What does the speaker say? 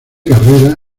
carrera